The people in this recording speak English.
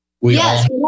Yes